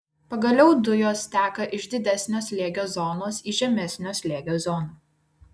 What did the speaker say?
pagaliau dujos teka iš didesnio slėgio zonos į žemesnio slėgio zoną